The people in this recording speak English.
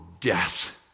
death